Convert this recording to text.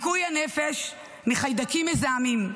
לניקוי הנפש מחיידקים מזהמים.